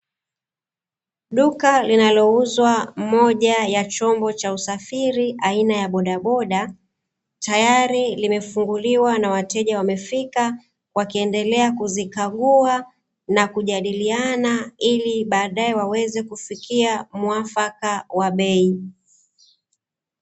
Duka linalouza moja ya chombo cha usafiri aina ya bodaboda, tayari llimefunguliwa na wateja wamefika, wakiendelea kuzikagua na kujadilia ili badae waweze kufikia mwafaka wa bei.